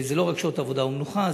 זה לא רק שעות עבודה ומנוחה,